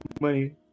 money